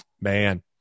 Man